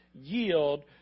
yield